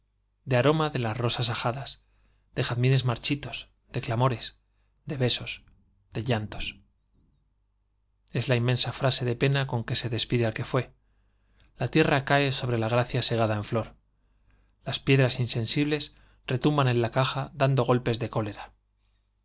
de aroma de jazmines marchitos de clamores de rosas ajadas besos de llantos es la inmensa frase de pena con que se despide al que fué la tierra cae sobre la gracia segada en flor las piedras insensibles retumban en la caja dando golpes de